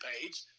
page